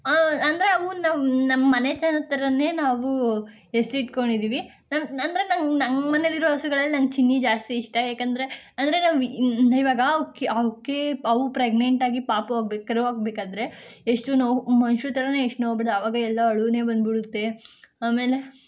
ಅಂದರೆ ಅವು ನಮ್ಮ ನಮ್ಮ ಮನೆಥರ ಥರನೇ ನಾವು ಹೆಸ್ರಿಟ್ಕೊಂಡಿದೀವಿ ನನ್ನ ಅಂದರೆ ನನ್ಗೆ ನನ್ನ ಮನೆಯಲ್ಲಿರೋ ಹಸುಗಳಲ್ಲಿ ನನ್ಗೆ ಚಿನ್ನಿ ಜಾಸ್ತಿ ಇಷ್ಟ ಯಾಕಂದರೆ ಅಂದರೆ ನಾವ್ ಇವಾಗ ಅವಕ್ಕೆ ಅವಕ್ಕೆ ಅವು ಪ್ರೆಗ್ನೆಂಟ್ ಆಗಿ ಪಾಪು ಆಗ್ಬೇಕು ಕರು ಆಗಬೇಕಾದ್ರೆ ಎಷ್ಟು ನೋವು ಮನುಷ್ರು ಥರನೇ ಎಷ್ಟು ನೋವು ಬಡ್ ಆವಾಗ ಎಲ್ಲ ಅಳು ಬಂದು ಬಿಡುತ್ತೆ ಆಮೇಲೆ